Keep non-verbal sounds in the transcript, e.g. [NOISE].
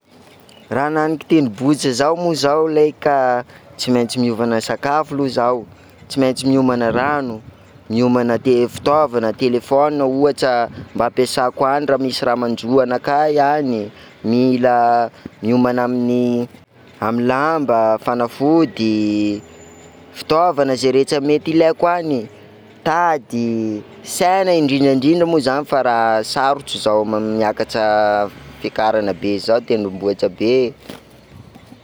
Mananiky tendrombohitra, raha izaho mande amin'izao tànana zao, rano tsy maintsy voalohany andesiko, rano, mitondra fanafody zao fa mazamaza avao ley miaka tendrombohitra zao, [HESITATION] mitondra lamba, mitondra afo, ohatra afokasoka, mitondra.